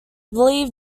believed